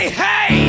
hey